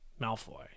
Malfoy